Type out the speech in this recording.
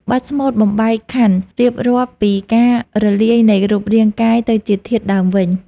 បទស្មូតបំបែកខន្ធ រៀបរាប់ពីការរលាយនៃរូបរាងកាយទៅជាធាតុដើមវិញ។